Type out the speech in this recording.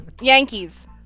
Yankees